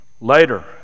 Later